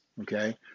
Okay